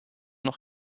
noch